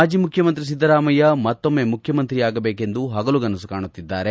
ಮಾಜ ಮುಖ್ಯಮಂತ್ರಿ ಸಿದ್ದರಾಮಯ್ಯ ಮತ್ತೊಮ್ಮೆ ಮುಖ್ಯಮಂತ್ರಿಯಾಗಬೇಕೆಂದು ಪಗಲುಕನಸು ಕಾಣುತ್ತಿದ್ದಾರೆ